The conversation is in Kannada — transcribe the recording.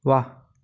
ವಾಹ್